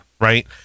Right